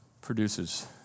produces